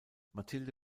mathilde